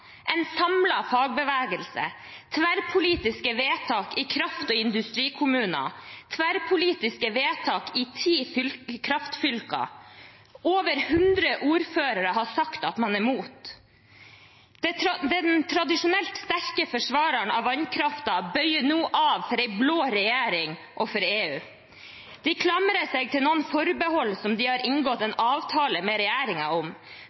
en samlet fagbevegelse, tverrpolitiske vedtak i kraft- og industrikommuner, tverrpolitiske vedtak i ti kraftfylker, og over 100 ordførere som har sagt at man er mot. Den tradisjonelt sterke forsvareren av vannkraften bøyer nå av for en blå regjering og for EU. De klamrer seg til noen forbehold som de har inngått en avtale med regjeringen om.